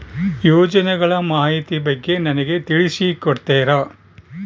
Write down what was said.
ಯೋಜನೆಗಳ ಮಾಹಿತಿ ಬಗ್ಗೆ ನನಗೆ ತಿಳಿಸಿ ಕೊಡ್ತೇರಾ?